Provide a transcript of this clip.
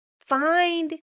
Find